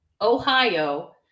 Ohio